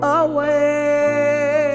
away